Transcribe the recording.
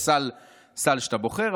יש סל שאתה בוחר,